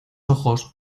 ojos